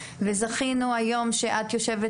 הם שולטים בכל שרשרת